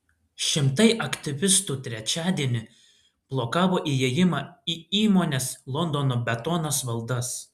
šimtai aktyvistų trečiadienį blokavo įėjimą į įmonės londono betonas valdas